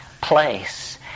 place